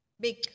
Big-